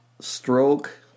stroke